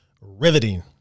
riveting